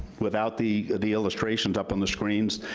without the the illustrations up on the screens,